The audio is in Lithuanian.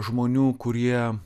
žmonių kurie